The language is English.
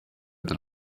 that